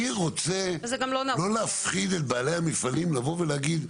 אני רוצה לא להפחיד את בעלי המפעלים לבוא ולהגיד,